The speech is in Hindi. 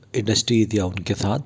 इंडस्ट्री दिया उनके साथ